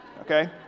okay